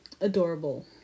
adorable